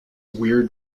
weird